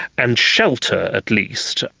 and shelter at least,